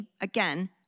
again